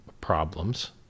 problems